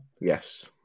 Yes